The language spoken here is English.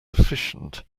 efficient